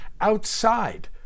outside